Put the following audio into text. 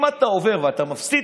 אם אתה עובר ואתה מפסיד,